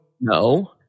No